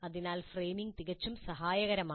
അതിനാൽ ഫ്രെയിമിംഗ് തികച്ചും സഹായകരമാണ്